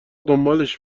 دنبالش